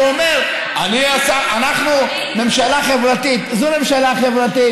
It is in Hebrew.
והוא אומר: אנחנו ממשלה חברתית זו ממשלה חברתית,